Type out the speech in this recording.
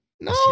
No